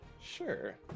Sure